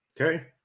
okay